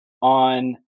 on